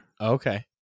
Okay